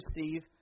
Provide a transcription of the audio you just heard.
receive